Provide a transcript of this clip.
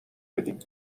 بدیم